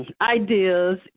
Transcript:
ideas